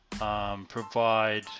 Provide